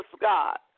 God